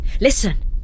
Listen